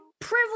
privilege